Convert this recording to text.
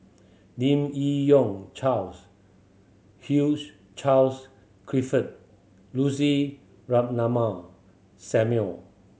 Lim Yi Yong Charles Hugh Charles Clifford Lucy Ratnammah Samuel